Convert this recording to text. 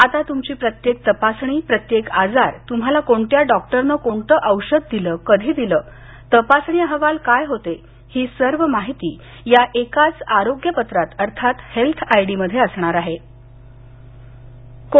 आता तूमची प्रत्येक तपासणी प्रत्येक आजार त्रम्हाला कोणत्या डॉक्टरनं कोणतं औषध दिलं कधी दिलं तपासणी अहवाल काय होते ही सर्व माहिती या एकाच आरोग्य पत्रात अर्थात हेल्थ आयडीमध्ये असेल